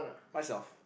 what's your